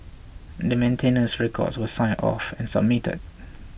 the maintenance records were signed off and submitted